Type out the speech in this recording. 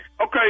Okay